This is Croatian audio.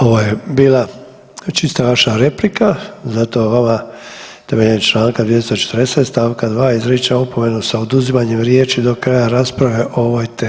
ovo je bila čista vaša replika, zato temeljem članka 240. stavka 2. izričem opomenu sa oduzimanjem riječi do kraja rasprave o ovoj temi.